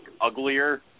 uglier